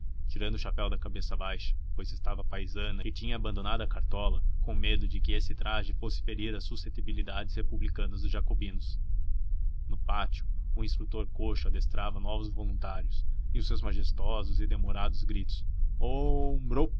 tirando o chapéu da cabeça baixa pois estava a paisana e tinha abandonado a cartola com medo de que esse traje fosse ferir as susceptibilidades republicanas dos jacobinos no pátio o instrutor coxo adestrava novos voluntários e os seus majestosos e demorados gritos